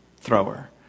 thrower